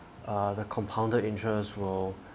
err the compounded interest will